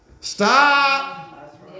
Stop